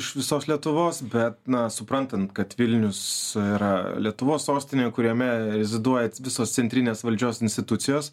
iš visos lietuvos bet na suprantant kad vilnius yra lietuvos sostinė kuriame reziduoja visos centrinės valdžios institucijos